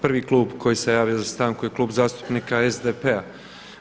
Prvi klub koji se javio za stanku je Klub zastupnika SDP-a.